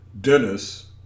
Dennis